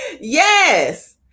Yes